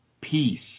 peace